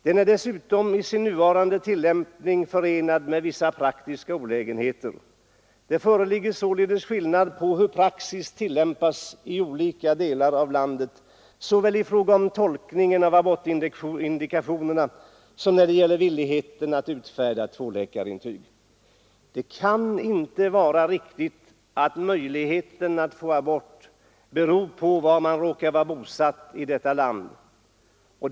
Den är dessutom i sin nuvarande tillämpning förenad med vissa praktiska olägenheter. Det föreligger således skillnad på vilken praxis som tillämpas i olika delar av landet såväl i fråga om tolkningen av abortindikationerna som när det gäller villigheten att utfärda tvåläkarintyg. Det kan inte vara riktigt att möjligheten att få abort beror på var man råkar vara bosatt i landet.